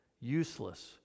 useless